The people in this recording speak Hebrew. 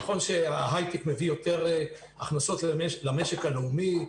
נכון שההיי-טק מביא יותר הכנסות למשק הלאומי,